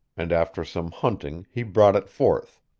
and after some hunting he brought it forth.